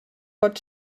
pot